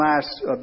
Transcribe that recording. last